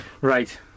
Right